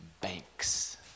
banks